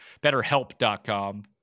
betterhelp.com